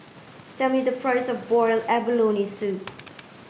tell me the price of boiled abalone soup